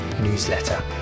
newsletter